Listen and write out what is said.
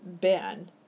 Ben